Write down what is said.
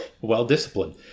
well-disciplined